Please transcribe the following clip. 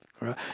Right